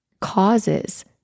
causes